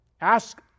Ask